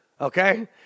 Okay